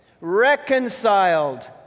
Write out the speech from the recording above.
Reconciled